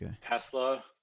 Tesla